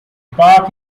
park